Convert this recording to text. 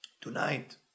tonight